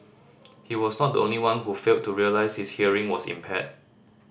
he was not the only one who failed to realise his hearing was impaired